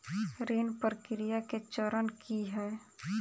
ऋण प्रक्रिया केँ चरण की है?